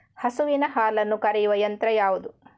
ಹಸುವಿನ ಹಾಲನ್ನು ಕರೆಯುವ ಯಂತ್ರ ಯಾವುದು?